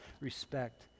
respect